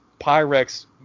Pyrex